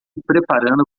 preparando